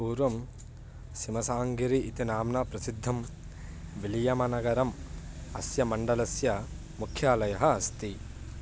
पूर्वं सिमसाङ्गिरिः इति नाम्ना प्रसिद्धं विलियमनगरम् अस्य मण्डलस्य मुख्यालयः अस्ति